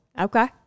okay